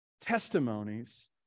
testimonies